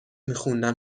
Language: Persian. میخوندم